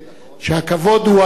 שהכבוד הוא הדדי: